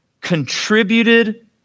contributed